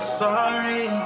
sorry